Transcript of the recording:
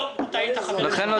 לא, אתה היית חבר כנסת.